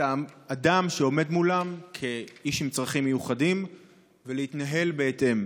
האדם שעומד מולם כאיש עם צרכים מיוחדים ולהתנהל בהתאם.